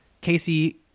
Casey